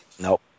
Nope